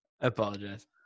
apologize